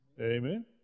Amen